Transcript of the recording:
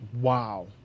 Wow